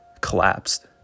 collapsed